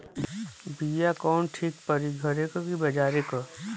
बिया कवन ठीक परी घरे क की बजारे क?